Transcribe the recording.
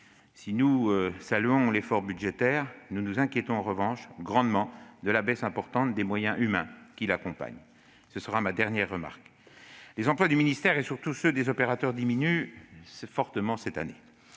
Si nous saluons l'effort budgétaire accompli, nous nous inquiétons grandement, en revanche, de la baisse importante des moyens humains dont il s'assortit- ce sera ma dernière remarque. Les emplois du ministère et, surtout, ceux des opérateurs diminuent fortement cette année.